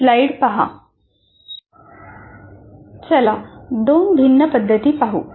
चला दोन भिन्न पद्धती पाहू